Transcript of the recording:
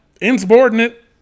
insubordinate